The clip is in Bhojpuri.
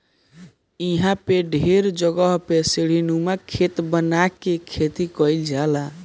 इहां पे ढेर जगही पे सीढ़ीनुमा खेत बना के खेती कईल जाला